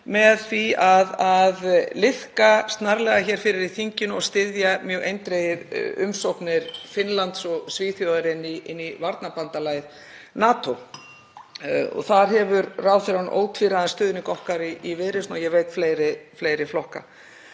með því að liðka snarlega hér fyrir í þinginu og styðja mjög eindregið umsóknir Finnlands og Svíþjóðar í varnarbandalagið NATO. Þar hefur ráðherrann ótvíræðan stuðning okkar í Viðreisn og fleiri flokka,